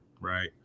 right